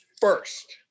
first